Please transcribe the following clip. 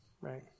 Right